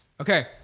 Okay